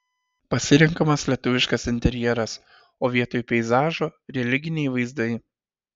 pasirenkamas lietuviškas interjeras o vietoj peizažo religiniai vaizdai